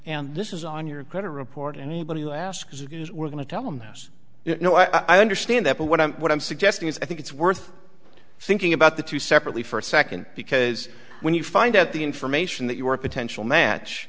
and this is on your credit report anybody who asks we're going to tell them you know i understand that but what i'm what i'm suggesting is i think it's worth thinking about the two separately for a second because when you find out the information that you are a potential match